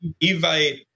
eVite